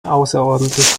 außerordentlich